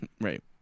Right